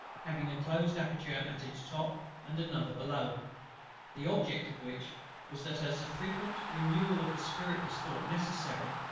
having a closed aperture at its top and another below the object of which was, that as a frequent renewal of the spirit was thought necessary,